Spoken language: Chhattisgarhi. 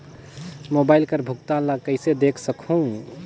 मोबाइल कर भुगतान ला कइसे देख सकहुं?